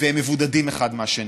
והם מבודדים אחד מהשני.